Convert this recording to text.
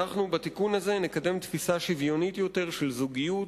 אנחנו בתיקון הזה נקדם תפיסה שוויונית יותר של זוגיות,